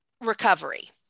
recovery